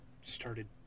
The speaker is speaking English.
started